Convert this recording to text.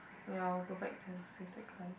ya I'll go back then save the guy